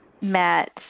met